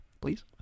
please